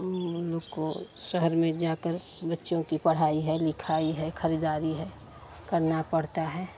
उनको शहर में जा कर बच्चों कि पढ़ाई है लिखाई है खरीदारी है करना पड़ता है